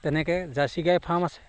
তেনেকৈ জাৰ্চী গাইৰ ফাৰ্ম আছে